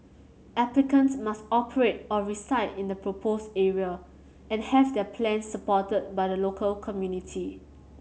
applicants must operate or reside in the proposed area and have their plans supported by the local community